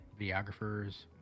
videographers